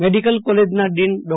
medical કોલેજના dean ડો